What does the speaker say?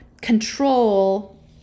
control